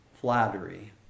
flattery